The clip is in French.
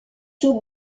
tout